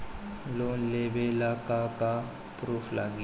Loan लेबे ला का का पुरुफ लागि?